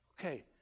Okay